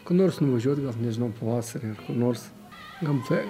kur nors nuvažiuot gal nežinau pavasarį ar kur nors gamta